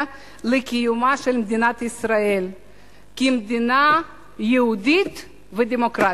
לקיומה של מדינת ישראל כמדינה יהודית ודמוקרטית.